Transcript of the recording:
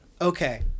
Okay